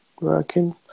Working